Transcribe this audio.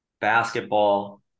basketball